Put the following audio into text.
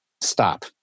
stop